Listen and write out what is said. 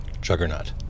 juggernaut